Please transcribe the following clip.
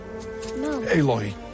Aloy